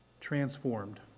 transformed